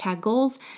Goals